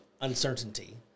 Uncertainty